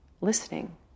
listening